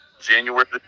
January